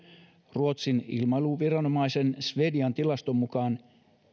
ruotsin ilmailuviranomaisen swedavian tilaston mukaan